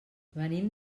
venim